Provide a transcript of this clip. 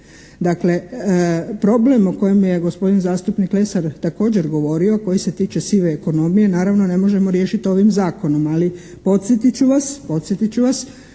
Dakle, problem o kojem je gospodin zastupnik Lesar također govorio koji se tiče sive ekonomije naravno ne možemo riješiti ovim zakonom ali podsjetit ću vas